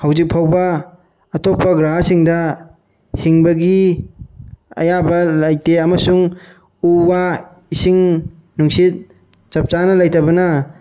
ꯍꯧꯖꯤꯛ ꯐꯥꯎꯕ ꯑꯇꯣꯞꯄ ꯒ꯭ꯔꯍꯥꯁꯤꯡꯗ ꯍꯤꯡꯕꯒꯤ ꯑꯌꯥꯕ ꯂꯩꯇꯦ ꯑꯃꯁꯨꯡ ꯎ ꯋꯥ ꯏꯁꯤꯡ ꯅꯨꯡꯁꯤꯠ ꯆꯞ ꯆꯥꯅ ꯂꯩꯇꯕꯅ